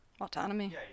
autonomy